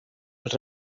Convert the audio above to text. els